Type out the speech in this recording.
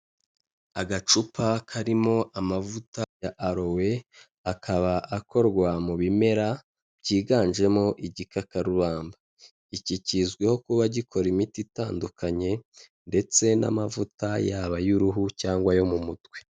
Agacupa karimo amavuta ya arowe, akaba akorwa mu bimera byiganjemo igikakarubamba. Iki kizwiho kuba gikora imiti itandukanye ndetse n'amavuta yaba ay'uruhu cyangwa ayo mu mutwe.